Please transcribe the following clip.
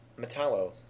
Metallo